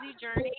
journey